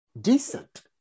decent